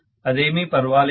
అదేమి పర్వాలేదు